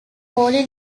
holly